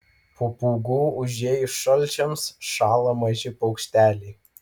po pūgų užėjus šalčiams šąla maži paukšteliai